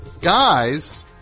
guys